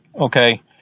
Okay